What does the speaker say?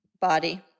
Body